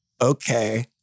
okay